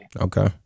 Okay